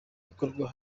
ikorwa